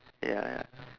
ya ya